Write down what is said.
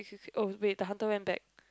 oh wait the hunter went back